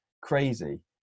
crazy